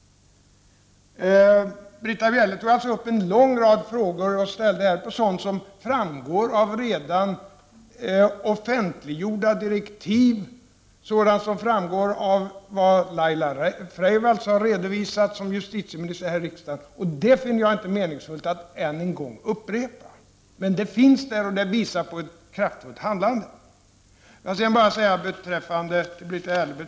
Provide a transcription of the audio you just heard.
Britta Bjelle ställde en lång rad frågor om sådant som framgår av redan offentliggjorda direktiv, sådant som framgår av vad justitieminister Laila Freivalds här i riksdagen har redovisat. Jag finner det inte meningsfullt att än en gång upprepa detta. Men dessa åtgärder har vidtagits, och de visar på ett kraftfullt handlande. Sedan vill jag säga följande till Britta Bjelle.